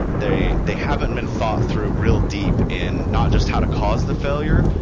they they haven't been thought through real deep in not just how to cause the failure,